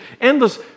endless